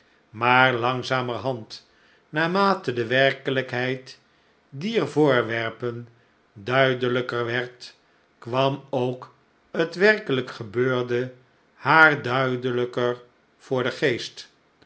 maar langzamerhand naarmate de werkelijkheid dier voorwerpen duidelijker werd kwam ook hetwerkelijk gebeurde haar duidelijker voor den geest